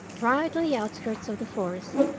right on the outskirts of the forest,